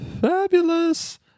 fabulous